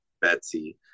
Betsy